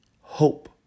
hope